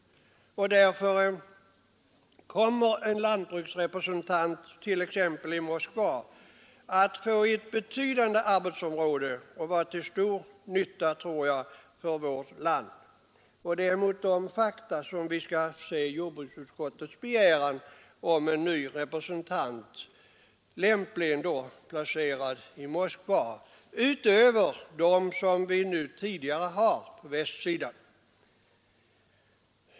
Därför kommer en lantbruksrepresentant t.ex. i Moskva att få ett betydande arbetsområde och vara till stor nytta för vårt land. Det är mot bakgrund av dessa fakta vi skall se jordbruksutskottets begäran om en ny representant, lämpligen placerad i Moskva, utöver dem vi tidigare har på västsidan.